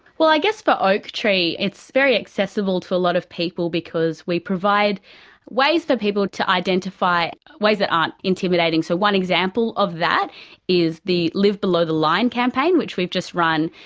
well i guess for but oaktree, it's very accessible to a lot of people because we provide ways for people to identify ways that aren't intimidating. so one example of that is the live below the line campaign, which we've just run,